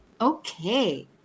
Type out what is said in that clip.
okay